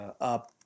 up